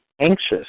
anxious